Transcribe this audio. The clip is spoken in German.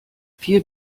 vier